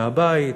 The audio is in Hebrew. מהבית,